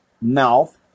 mouth